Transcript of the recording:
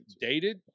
Dated